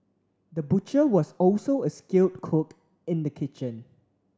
the butcher was also a skilled cook in the kitchen